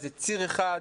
זה ציר אחד,